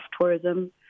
tourism